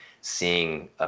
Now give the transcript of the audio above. seeing